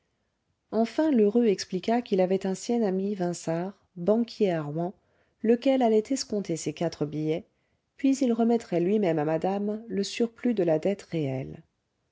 enfin lheureux expliqua qu'il avait un sien ami vinçart banquier à rouen lequel allait escompter ces quatre billets puis il remettrait lui-même à madame le surplus de la dette réelle